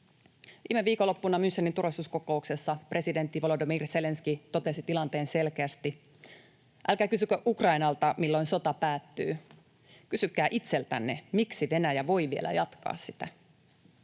Viime viikonloppuna Münchenin turvallisuuskokouksessa presidentti Volodymyr Zelenskyi totesi tilanteen selkeästi: ”Älkää kysykö Ukrainalta, milloin sota päättyy. Kysykää itseltänne, miksi Venäjä voi vielä jatkaa sitä.”